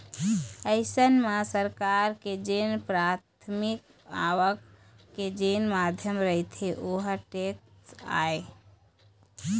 अइसन म सरकार के जेन पराथमिक आवक के जेन माध्यम रहिथे ओहा टेक्स आय